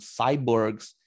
cyborgs